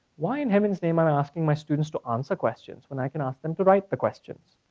why in heaven's name am i asking my students to answer questions when i can ask them to write the questions?